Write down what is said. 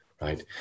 right